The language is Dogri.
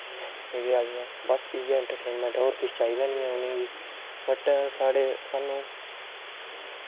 एह्दे आह्लियां बस इ'यै इंट्रटेनमैंट ऐ होर किश चाहिदा निं ऐ उ'नें गी बट साढ़े सानूं